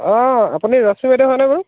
অঁ আপুনি ৰশ্মি বাইদেউ হয়নে বাৰু